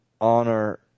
honor